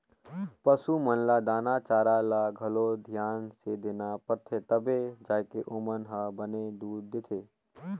पसू मन ल दाना चारा ल घलो धियान से देना परथे तभे जाके ओमन ह बने दूद देथे